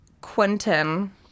Quentin